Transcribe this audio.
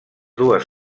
dues